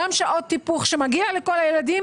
גם שעות טיפוח שמגיעות לכל הילדים,